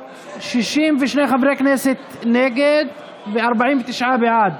62 חברי כנסת נגד ו-49 בעד.